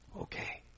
Okay